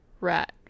Rat